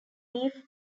leaf